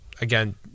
Again